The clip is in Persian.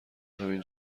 همین